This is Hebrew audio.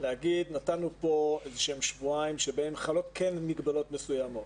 להגיד נתנו פה שבועיים שבהן חלות כן מגבלות מסוימות,